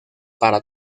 para